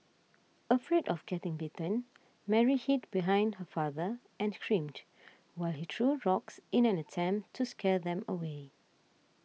afraid of getting bitten Mary hid behind her father and screamed while he threw rocks in an attempt to scare them away